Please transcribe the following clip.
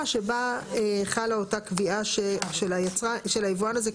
שבה חלה אותה קביעה של היבואן הזה,